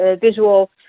visual